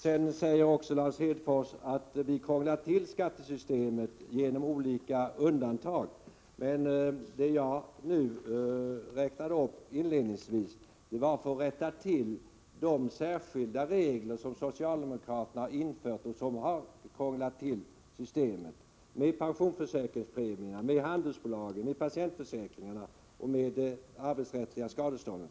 Sedan säger Lars Hedfors att vi krånglar till skattesystemet genom olika undantag. Men det jag räknade upp inledningsvis var avsett att rätta till de särskilda regler som socialdemokraterna har infört och som har krånglat till systemet. Det gäller exempelvis pensionsförsäkringspremierna, handelsbolagen, patientförsäkringen och det arbetsrättsliga skadeståndet.